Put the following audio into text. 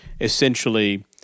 essentially